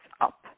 up